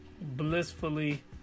blissfully